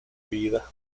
vida